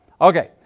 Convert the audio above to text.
Okay